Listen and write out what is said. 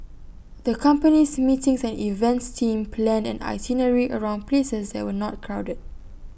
the company's meetings and events team planned an itinerary around places that were not crowded